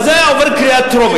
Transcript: זה היה עובר קריאה טרומית.